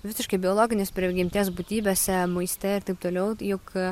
visiškai biologinės prigimties būtybėse maiste ir taip toliau juk